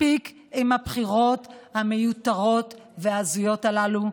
מספיק עם הבחירות המיותרות וההזויות הללו.